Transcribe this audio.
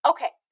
Okay